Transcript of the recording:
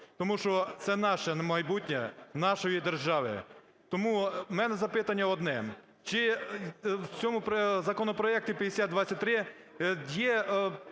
тому що це наше майбутнє, нашої держави. Тому у мене запитання одне. Чи в цьому законопроекті 5023 є